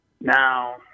now